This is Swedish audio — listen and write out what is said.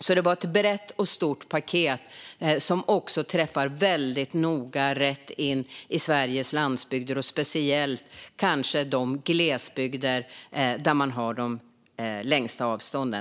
Det är alltså ett brett och stort paket som träffar Sveriges landsbygd väldigt noga, kanske speciellt den glesbygd där man har de längsta avstånden.